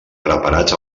preparats